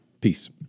Peace